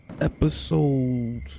episode